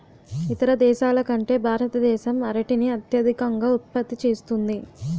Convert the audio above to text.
ఇతర దేశాల కంటే భారతదేశం అరటిని అత్యధికంగా ఉత్పత్తి చేస్తుంది